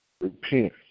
Repent